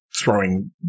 throwing